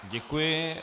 Děkuji.